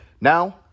Now